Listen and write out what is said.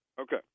Okay